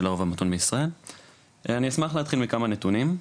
הרוב המתון בישראל ואני אשמח להתחיל מכמה נתונים.